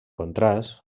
contrast